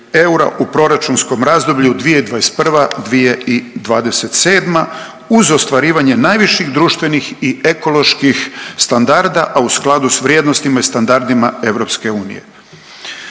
u proračunskom razdoblju 2021.-2027. uz ostvarivanje najviših društvenih i ekoloških standarda, a u skladu s vrijednostima i standardima EU.